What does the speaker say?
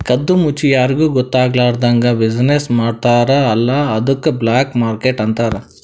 ಕದ್ದು ಮುಚ್ಚಿ ಯಾರಿಗೂ ಗೊತ್ತ ಆಗ್ಲಾರ್ದಂಗ್ ಬಿಸಿನ್ನೆಸ್ ಮಾಡ್ತಾರ ಅಲ್ಲ ಅದ್ದುಕ್ ಬ್ಲ್ಯಾಕ್ ಮಾರ್ಕೆಟ್ ಅಂತಾರ್